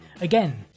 Again